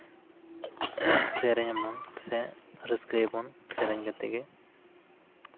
ᱥᱮᱨᱮᱧ ᱟᱵᱚᱱ ᱥᱮ ᱨᱟᱹᱥᱠᱟᱹᱭᱟᱵᱚᱱ ᱥᱮᱨᱮᱧ ᱠᱟᱛᱮᱫ ᱜᱮ